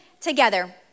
together